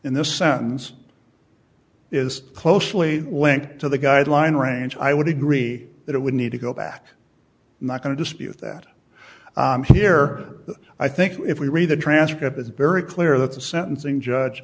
in this sentence is closely linked to the guideline range i would agree that it would need to go back not going to dispute that here but i think if we read the transcript it's very clear that the sentencing judge